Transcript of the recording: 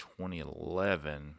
2011